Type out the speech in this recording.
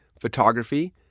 photography